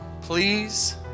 please